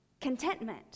contentment